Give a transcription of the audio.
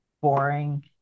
boring